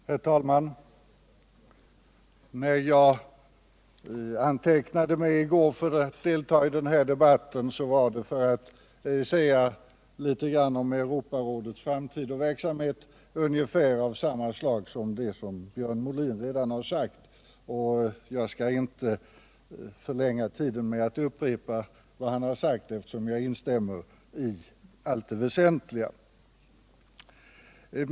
Herr talman! När jag antecknade mig i går för att delta i denna debatt var det för att säga litet grand om Europarådets framtid och verksamhet, ungefär i linje med det som Björn Molin nu redan har anfört. Jag skall inte förlänga debatten med att upprepa det som han har sagt, eftersom jag i allt väsentligt instämmer i det.